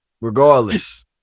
Regardless